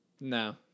No